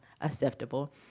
acceptable